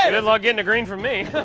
and luck getting a green from me.